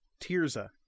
Tirza